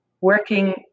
working